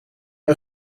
een